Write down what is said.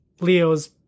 Leo's